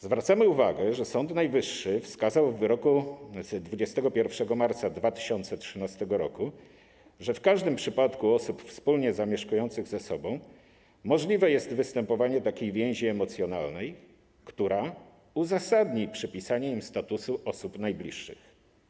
Zwracamy uwagę, że Sąd Najwyższy wskazał w wyroku z 21 marca 2013 r., że w każdym przypadku osób wspólnie zamieszkujących ze sobą możliwe jest występowanie takiej więzi emocjonalnej, która uzasadni przypisanie im statusu osób najbliższych.